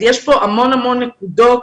יש כאן המון נקודות